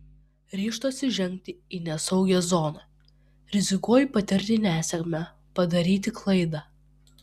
ryžtuosi žengti į nesaugią zoną rizikuoju patirti nesėkmę padaryti klaidą